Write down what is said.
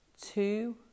two